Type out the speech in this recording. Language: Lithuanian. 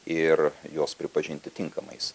ir juos pripažinti tinkamais